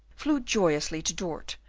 flew joyously to dort,